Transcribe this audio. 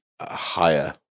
higher